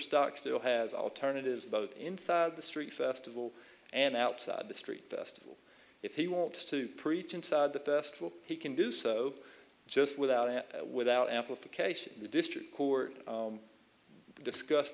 stock still has alternatives both inside the street festival and outside the street festival if he wants to preach into the best will he can do so just without it without amplification the district court discuss